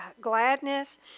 gladness